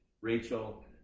rachel